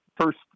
first